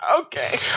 Okay